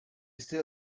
still